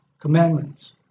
commandments